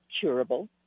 curable